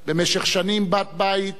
לנו במשך שנים בת בית